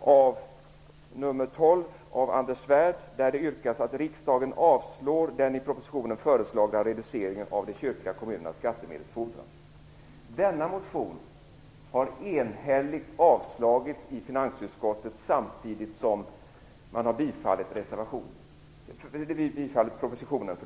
Fi12 av Anders Svärd. Där yrkas det att riksdagen avslår den i propositionen föreslagna reduceringen av de kyrkliga kommunernas skattemedelsfordran. Denna motion har enhälligt avslagits i finansutskottet samtidigt som man har bifallit propositionen.